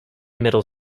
middle